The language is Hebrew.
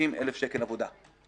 350,000 שקל עבודה,